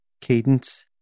cadence